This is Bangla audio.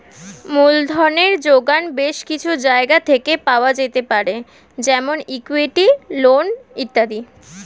মূলধনের জোগান বেশ কিছু জায়গা থেকে পাওয়া যেতে পারে যেমন ইক্যুইটি, লোন ইত্যাদি